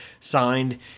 signed